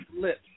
lips